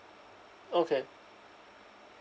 okay